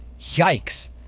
Yikes